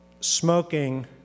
smoking